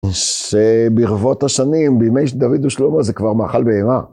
שברבות השנים, בימי דוד ושלמה, זה כבר מאכל בהמה.